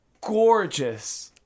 gorgeous